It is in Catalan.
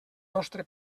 nostre